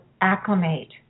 acclimate